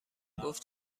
گفت